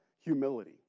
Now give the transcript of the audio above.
humility